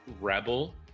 rebel